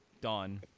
done